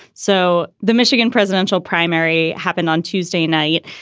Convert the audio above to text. so the michigan presidential primary happened on tuesday night.